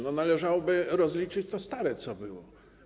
Należałoby rozliczyć to stare, co było.